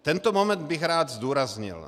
Tento moment bych rád zdůraznil.